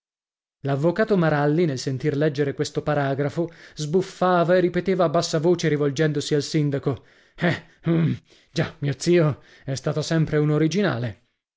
l'avvocato maralli nel sentir leggere questo paragrafo sbuffava e ripeteva a bassa voce rivolgendosi al sindaco eh uhm già mio zio è stato sempre un originale